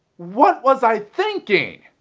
what was i thinking?